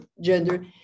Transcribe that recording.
gender